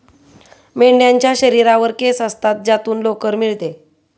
मेंढ्यांच्या शरीरावर केस असतात ज्यातून लोकर मिळते